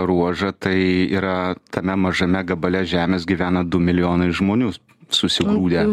ruožą tai yra tame mažame gabale žemės gyvena du milijonai žmonių susigrūdę